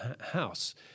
house